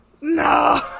no